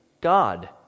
God